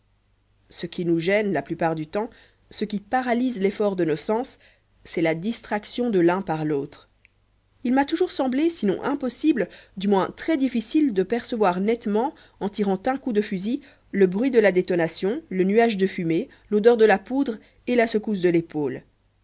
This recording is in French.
ce qui nous gêne la plupart du temps ce qui paralyse l'effort de nos sens c'est la distraction de l'un par l'autre il m'a toujours semblé sinon impossible du moins très difficile de percevoir nettement en tirant un coup de fusil le bruit de la détonation le nuage de fumée l'odeur de la poudre et la secousse de l'épaule